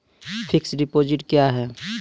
Fixed deposit क्या हैं?